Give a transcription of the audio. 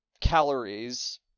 calories